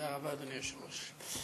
תודה רבה, אדוני היושב-ראש.